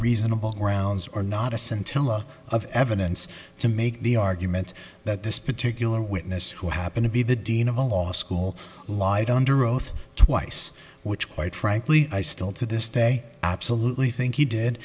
reasonable grounds or not a scintilla of evidence to make the argument that this particular witness who happened to be the dean of a law school lied under oath twice which quite frankly i still to this day absolutely think he did